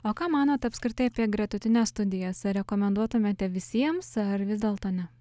o ką manot apskritai apie gretutines studijas ar rekomenduotumėte visiems ar vis dėlto ne